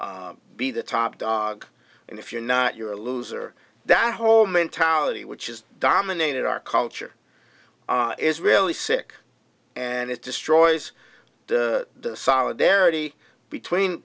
be the top dog and if you're not you're a loser that whole mentality which is dominated our culture is really sick and it destroys the solidarity between